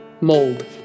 Mold